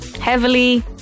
Heavily